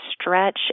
stretch